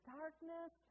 darkness